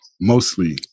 mostly